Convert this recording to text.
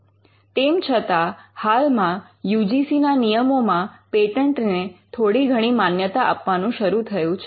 તેમ છતાં હાલમાં યુ જી સી ના નિયમોમાં પેટન્ટને થોડી ઘણી માન્યતા આપવાનું શરૂ થયું છે